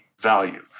value